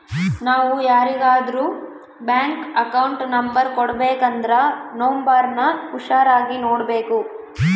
ನಾವು ಯಾರಿಗಾದ್ರೂ bank account number ಕೊಡಬೇಕಂದ್ರ ನೋಂಬರ್ನ ಹುಷಾರಾಗಿ ನೋಡ್ಬೇಕು